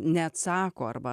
neatsako arba